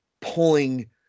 pulling